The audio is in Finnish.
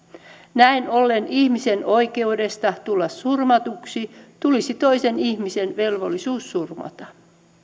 näin ollen ihmisen oikeudesta tulla surmatuksi tulisi toisen ihmisen velvollisuus surmata